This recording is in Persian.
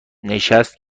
نشت